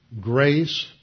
grace